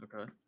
okay